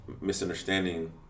misunderstanding